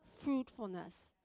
fruitfulness